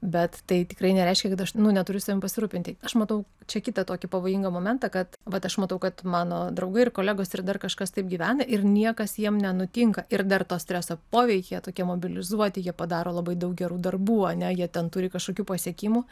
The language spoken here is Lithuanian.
bet tai tikrai nereiškia kad aš nu neturiu savim pasirūpinti aš matau čia kitą tokį pavojingą momentą kad vat aš matau kad mano draugai ir kolegos ir dar kažkas taip gyvena ir niekas jiem nenutinka ir dar to streso poveikyje tokie mobilizuoti jie padaro labai daug gerų darbų ar ne jie ten turi kažkokių pasiekimų